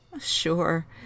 sure